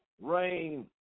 rain